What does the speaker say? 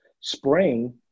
spring